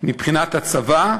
מבחינת הצבא,